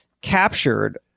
captured